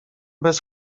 bez